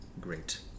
great